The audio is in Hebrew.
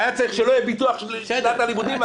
היה צריך שלא יהיה ביטוח לשנת הלימודים,